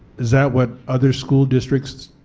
that what other school districts,